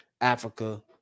Africa